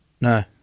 No